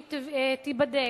שהיא תיבדק,